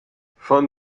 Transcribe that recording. von